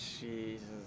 Jesus